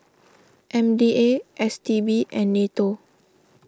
M D A S T B and Nato